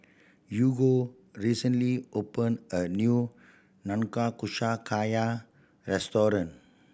Hugo recently open a new Nanakusa Gayu restaurant